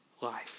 life